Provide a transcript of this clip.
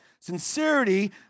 Sincerity